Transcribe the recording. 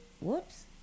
Whoops